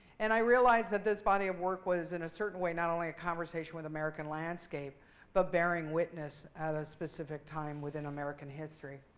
and i realized that this body of work was, in a certain way, not only a conversation with american landscape but bearing witness at a specific time within american history.